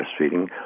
breastfeeding